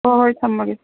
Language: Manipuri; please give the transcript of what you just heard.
ꯍꯣꯏ ꯍꯣꯏ ꯊꯝꯃꯒꯦ